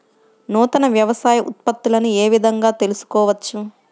నూతన వ్యవసాయ ఉత్పత్తులను ఏ విధంగా తెలుసుకోవచ్చు?